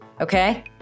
okay